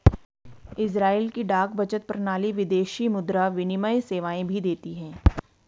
Israel की डाक बचत प्रणाली विदेशी मुद्रा विनिमय सेवाएं भी देती है